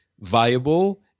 viable